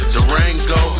Durango